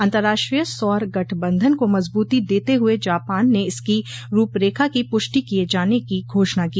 अंतर्राष्ट्रीय सौर गठबंधन को मजबूती देते हुए जापान ने इसकी रूपरेखा की पुष्टि किए जाने की घोषणा की